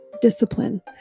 discipline